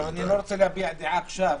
אני לא רוצה להביע דעה עכשיו,